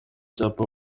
cyapa